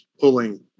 pulling